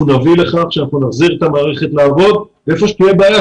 אנחנו נביא לכך שאנחנו נחזיר את המערכת לעבוד והיכן שתהיה בעיה,